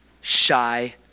shy